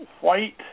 white